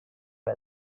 del